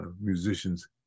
musicians